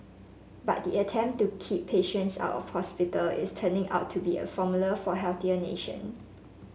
but the attempt to keep patients out of hospital is turning out to be a formula for healthier nation